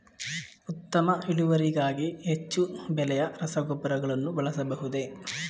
ಉತ್ತಮ ಇಳುವರಿಗಾಗಿ ಹೆಚ್ಚು ಬೆಲೆಯ ರಸಗೊಬ್ಬರಗಳನ್ನು ಬಳಸಬಹುದೇ?